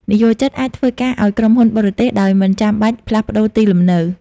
និយោជិតអាចធ្វើការឱ្យក្រុមហ៊ុនបរទេស ដោយមិនចាំបាច់ផ្លាស់ប្តូរទីលំនៅ។